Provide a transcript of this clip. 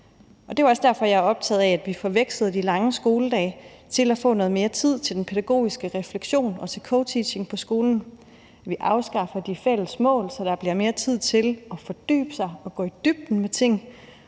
Det er også derfor, jeg er optaget af, at vi får vekslet de lange skoledage til at få noget mere tid til den pædagogiske refleksion og til coteaching på skolen; at vi afskaffer de fælles mål, så der bliver mere tid til at fordybe sig og gå i dybden med ting;